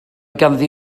ganddi